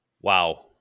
Wow